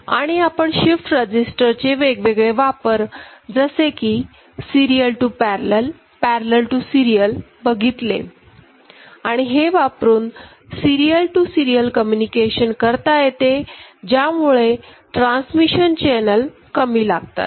आणि आपण shift register चे वेगवेगळे वापर जसे की serial to parallel parallel to serial बघितले आणि हे वापरून सिरीयल टू सिरीयल कम्युनिकेशन करता येते ज्यामुळे ट्रान्समिशन चैनल कमी लागतात